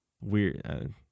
weird